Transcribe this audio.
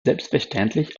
selbstverständlich